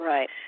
Right